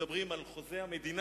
מדברים על חוזה המדינה,